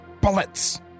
bullets